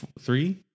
three